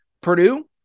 Purdue